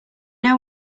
know